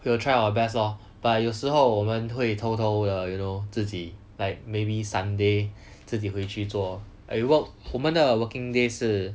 we will try our best lor but 有时候我们会偷偷的 you know 自己 like maybe sunday 自己回去做 like we work 我们的 working days 是